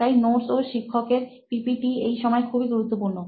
তাই নোটস ও শিক্ষক এর পিপিটি এই সময় খুবই গুরুত্বপূর্ণ